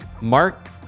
Mark